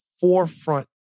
forefront